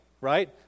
right